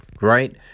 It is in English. right